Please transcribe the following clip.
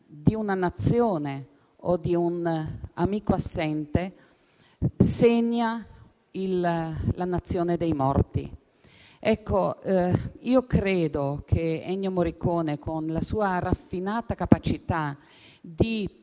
di una nazione o di un amico assente segna la nazione dei morti. Credo che Ennio Morricone, con la sua raffinata capacità di parlare